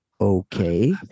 okay